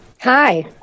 Hi